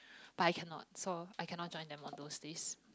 but I cannot so I cannot join them on those days